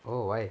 oh why